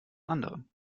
anderen